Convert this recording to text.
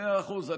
מאה אחוז.